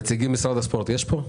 נציגים ממשרד הספורט יש פה?